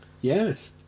Yes